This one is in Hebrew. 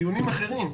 דיונים אחרים,